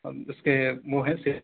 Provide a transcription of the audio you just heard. اس کے وہ ہیں سے